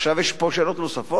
עכשיו יש פה שאלות נוספות.